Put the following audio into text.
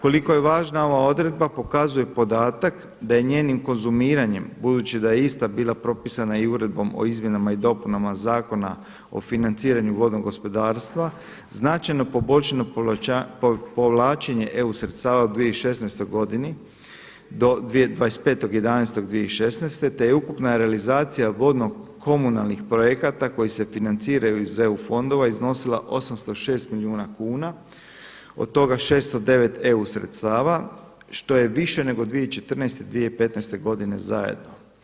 Koliko je važna ova odredba pokazuje podatak da je njenim konzumiranjem budući da je ista bila propisana i Uredbom o izmjenama i dopunama Zakona o financiranju vodnog gospodarstva, značajno poboljšano povlačenje EU sredstava u 2016. godini do 25.11.2016. te je ukupna realizacija vodnokomunalnih projekata koji se financiraju iz EU fondova iznosila 806 milijuna kuna, od toga 609 EU sredstava, što je više nego 2014., 2015. godine zajedno.